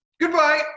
Goodbye